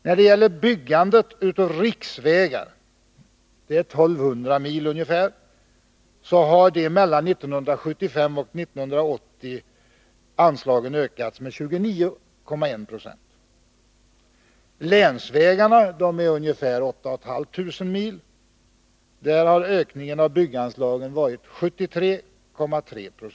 När det gäller anslagen till byggandet av riksvägar — det är ungefär 1 200 mil — har dessa mellan 1975 och 1980 ökat med 29,1 96. Länsvägarna är ungefär 8500 mil. Där har ökningen av anslagen till byggande varit 13,3 Yo.